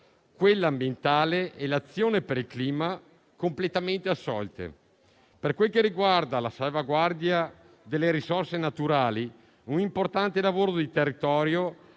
ambientale e quella per il clima vengono completamente assolte. Per quel che riguarda la salvaguardia delle risorse naturali, un importante lavoro di territorio,